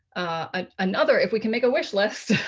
ah another, if we can make a wishlist,